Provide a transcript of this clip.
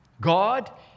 God